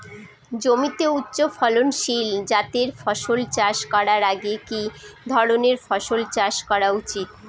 জমিতে উচ্চফলনশীল জাতের ফসল চাষ করার আগে কি ধরণের ফসল চাষ করা উচিৎ?